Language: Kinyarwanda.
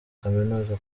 kaminuza